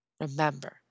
Remember